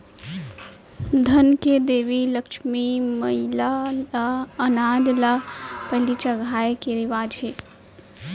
धन के देवी लक्छमी मईला ल अनाज ल पहिली चघाए के रिवाज हे